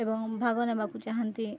ଏବଂ ଭାଗ ନେବାକୁ ଚାହାଁନ୍ତି